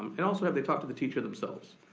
um and also have they talked to the teacher themselves.